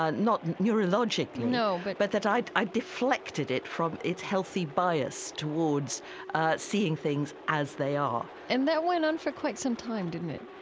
ah not neurologically, no, but but that i i deflected it from its healthy bias towards seeing things as they are and that went on for quite some time, didn't it?